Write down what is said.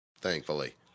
thankfully